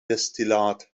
destillat